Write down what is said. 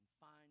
find